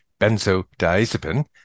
benzodiazepine